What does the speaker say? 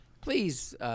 Please